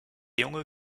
junge